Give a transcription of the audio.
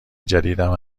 جدیدم